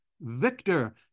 Victor